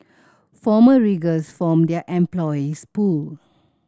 former riggers form their employees pool